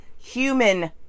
Human